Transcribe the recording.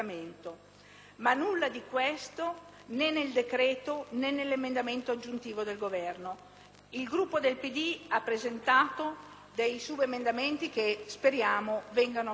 ma nulla di ciò è presente, né nel decreto, né nell'emendamento aggiuntivo del Governo. Il Gruppo del PD ha presentato dei subemendamenti che speriamo vengano accolti.